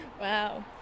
Wow